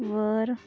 वर